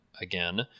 again